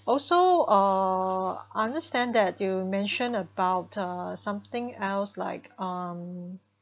also uh understand that you mentioned about uh something else like um